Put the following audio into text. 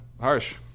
Harsh